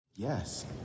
Yes